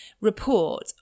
report